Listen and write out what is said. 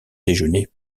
déjeuner